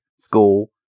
school